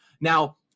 Now